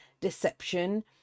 Deception